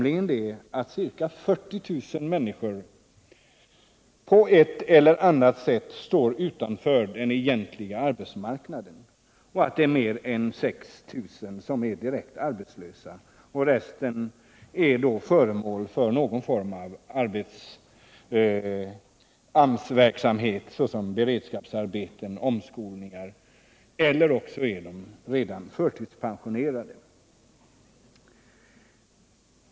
I dag är omkring 40 000 människor på ett eller annat sätt utanför den egentliga arbetsmarknaden. Mer än 6 000 är direkt arbetslösa, medan resten är föremål för någon form av AMS-verksamhet, beredskapsarbete, omskolning eller förtidspensionering.